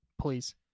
please